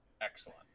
Excellent